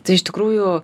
tai iš tikrųjų